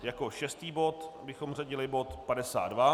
Jako šestý bod bychom zařadili bod 52.